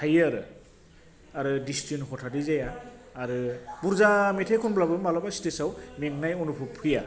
थायो आरो आरो डिसटिउन हथाथयै जाया आरो बुरजा मेथाइ खनब्लाबो मालाबा स्टेजआव मेंनाय अनुभब फैया